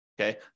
okay